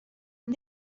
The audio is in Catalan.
van